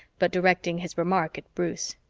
but directing his remark at bruce.